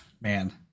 man